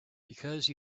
because